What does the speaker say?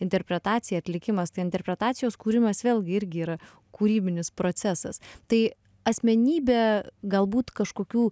interpretacija atlikimas tai interpretacijos kūrimas vėlgi irgi yra kūrybinis procesas tai asmenybė galbūt kažkokių